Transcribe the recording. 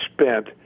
spent